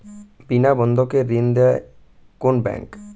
বিনা বন্ধকে ঋণ দেয় কোন ব্যাংক?